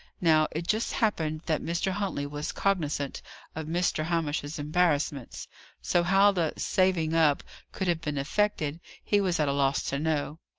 now, it just happened that mr. huntley was cognizant of mr. hamish's embarrassments so, how the saving up could have been effected, he was at a loss to know.